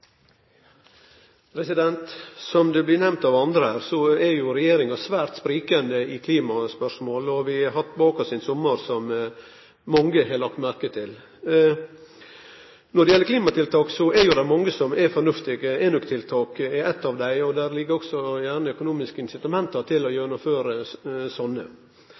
Som det blir nemnt av andre, er regjeringa svært sprikande i klimaspørsmål. Og vi har bak oss ein sommar som mange har lagt merke til. Når det gjeld klimatiltak, er det mange som er fornuftige. Enøktiltak er eit av dei, og det ligg også gjerne økonomiske incitament til å